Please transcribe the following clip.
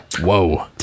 Whoa